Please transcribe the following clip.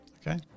Okay